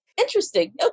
interesting